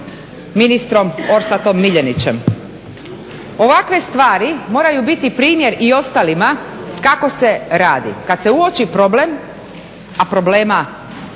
ministrom Orsatom Miljenićem. Ovakve stvari moraju biti i primjer ostalima kako se radi. Kada se uoči problem, a problema je